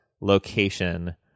location